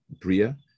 bria